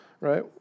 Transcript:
right